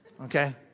Okay